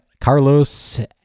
Carlos